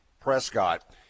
Prescott